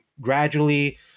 gradually